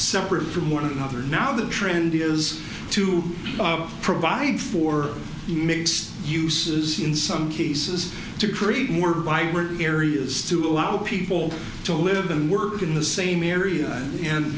separate from one another now the trend is to provide for mixed uses in some cases to create more vibrant areas to allow people to live and work in the same area and